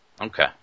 Okay